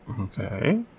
Okay